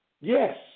Yes